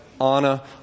Anna